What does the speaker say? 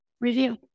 review